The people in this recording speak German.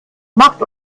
macht